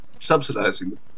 subsidizing